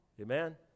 Amen